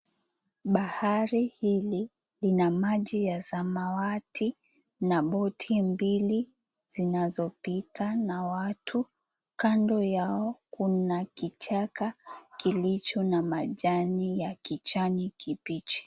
Bahari hii ina majii ya samawati na boti mbili zinazo pita na watu kando yao kuna kichaka kilicho na majani ya rangi ya kijani kibichi.